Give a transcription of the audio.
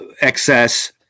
excess